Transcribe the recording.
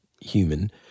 human